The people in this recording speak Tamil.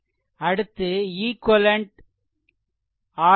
அடுத்து ஈக்வெலென்ட் RThevenin